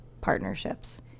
partnerships